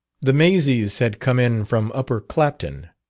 the massies had come in from upper clapton.